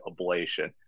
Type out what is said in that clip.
ablation